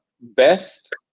best